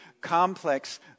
complex